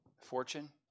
fortune